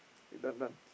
K done done